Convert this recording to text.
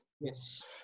Yes